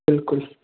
बिल्कुल